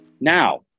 Now